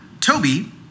toby